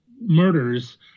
murders